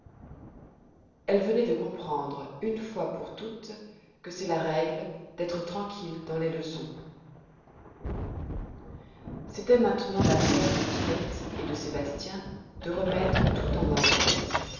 elle venait de comprendre une fois pour toutes que c'est la règle d'être tranquille dans les leçons c'était maintenant l'affaire de tinette et de sébastien de remettre tout en ordre